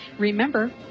Remember